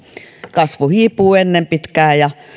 hiipuu ennen pitkää